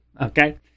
Okay